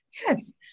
Yes